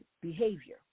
behavior